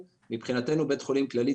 מבחינתנו בית חולים כללי,